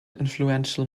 influential